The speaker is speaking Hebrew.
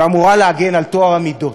שאמורה להגן על טוהר המידות.